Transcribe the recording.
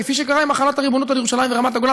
כפי שקרה עם החלת הריבונות על ירושלים ורמת-הגולן".